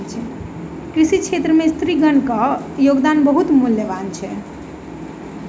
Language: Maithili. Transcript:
कृषि क्षेत्र में स्त्रीगणक योगदान बहुत मूल्यवान अछि